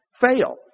fail